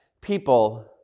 people